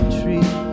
tree